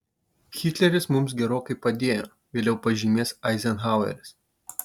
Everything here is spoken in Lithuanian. hitleris mums gerokai padėjo vėliau pažymės eizenhaueris